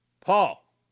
Paul